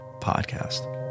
Podcast